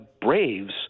Braves